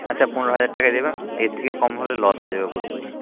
আচ্ছা পনেরো হাজার টাকাই দেবেন এর থেকে কম হলে লস হয়ে যাবে পুরোপুরি